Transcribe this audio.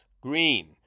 green